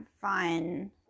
fun